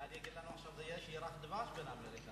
אולי הוא יגיד לנו עכשיו שיש ירח דבש בין אמריקה